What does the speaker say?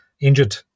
injured